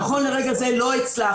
נכון לרגע זה לא הצלחנו.